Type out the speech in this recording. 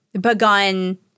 begun